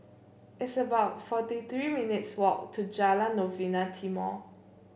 it's about forty three minutes' walk to Jalan Novena Timor